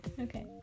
Okay